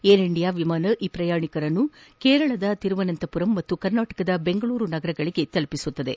air India ವಿಮಾನ ಈ ಪ್ರಯಾಣಿಕರನ್ನು ಕೇರಳದ ತಿರುವನಂತಪುರಂ ಮತ್ತು ಕರ್ನಾಟಕದ ಬೆಂಗಳೂರು ನಗರಗಳಿಗೆ ತಲುಪಿಸಲಿದೆ